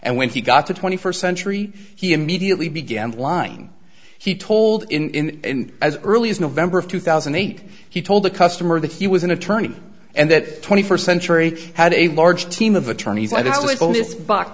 and when he got to twenty first century he immediately began line he told in as early as november of two thousand and eight he told a customer that he was an attorney and that twenty first century had a large team of attorneys